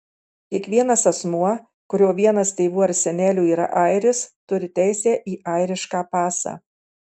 kiekvienas asmuo kurio vienas tėvų ar senelių yra airis turi teisę į airišką pasą